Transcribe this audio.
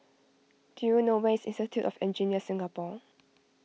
do you know where is Institute of Engineers Singapore